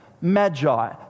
magi